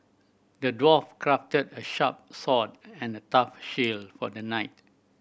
the dwarf crafted a sharp and a tough shield for the knight